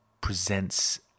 presents